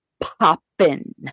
popping